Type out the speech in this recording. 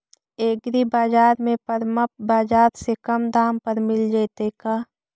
एग्रीबाजार में परमप बाजार से कम दाम पर मिल जैतै का?